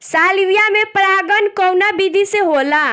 Salvia में परागण कउना विधि से होला?